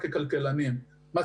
ככלכלנים,